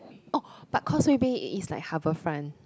oh but Causeway Bay is like Harbourfront